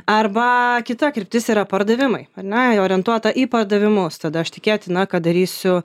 arba kita kryptis yra pardavimai ar ne orientuota į pardavimus tada aš tikėtina kad darysiu